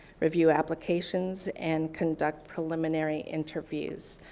review applications and conduct preliminary interviews.